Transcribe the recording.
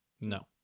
no